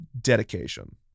dedication